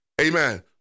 Amen